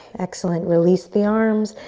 excellent, release the arms,